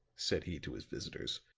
said he to his visitors,